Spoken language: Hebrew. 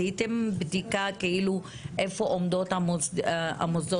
אני שמחה לראות שעשיתם עבודה שתרמה בסופו של דבר להתקדמות בנושא